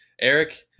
Eric